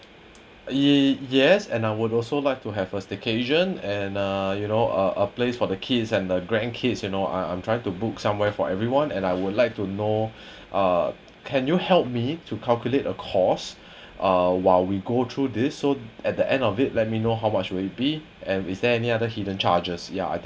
y~ yes and I would also like to have a staycation and uh you know uh a place for the kids and the grand kids you know I I'm trying to book somewhere for everyone and I would like to know uh can you help me to calculate a cost uh while we go through this so at the end of it let me know how much will it be and is there any other hidden charges ya I think